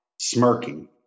smirking